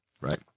Right